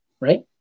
right